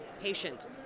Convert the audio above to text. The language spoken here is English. patient